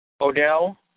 Odell